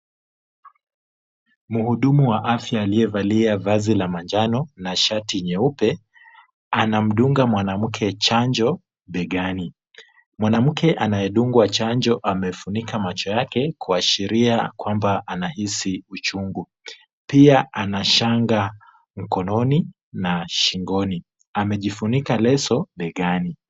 Mhudumu wa afya aliyevalia vazi la manjano na shati nyeupe, anamdunga mwanamke chanjo begani, mwanamke anayedungwa chanjo amefunika macho yake kuashiria kwamba anahisi uchungu, pia ana shanga mkononi na shingoni, amejifunika leso begani.